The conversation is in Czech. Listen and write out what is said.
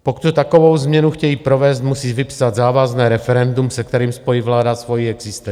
Pokud takovou změnu chtějí provést, musí vypsat závazné referendum, se kterým spojí vláda svoji existenci.